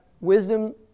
wisdom